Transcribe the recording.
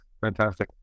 Fantastic